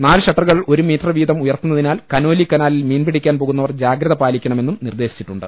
നാല് ഷട്ടറുകൾ ഒരു മീറ്റർ വീതം ഉയർത്തുന്നതിനാൽ കനോലി കനാലിൽ മീൻ പിടിക്കാൻ പോകുന്നവർ ജാഗ്രത പാലിക്കണമെന്നും നിർദേശിച്ചിട്ടുണ്ട്